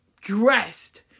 dressed